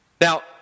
Now